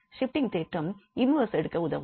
shifting தேற்றம் inverse எடுக்க உதவும்